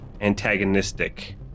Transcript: antagonistic